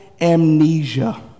amnesia